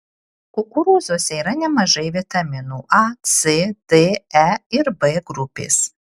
kukurūzuose yra nemažai vitaminų a c d e ir b grupės